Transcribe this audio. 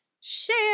share